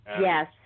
Yes